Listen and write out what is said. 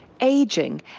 aging